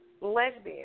Lesbian